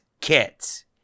kits